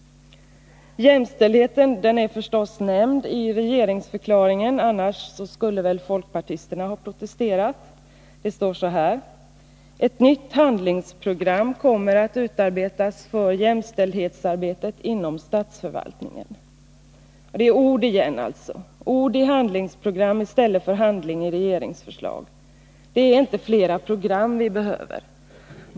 Jämställdheten är förstås nämnd i regeringsförklaringen — annars skulle väl folkpartisterna ha protesterat. Det står: ”Ett nytt handlingsprogram kommer att utarbetas för jämställdhetsarbetet inom statsförvaltningen.” Det är ord igen — ord i stället för handling i regeringsförslag. Det är inte flera program vi behöver.